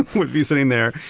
would be sitting there.